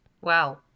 Wow